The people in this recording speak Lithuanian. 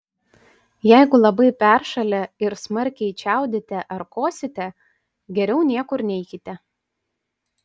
jeigu labai peršalę ir smarkiai čiaudite ar kosite geriau niekur neikite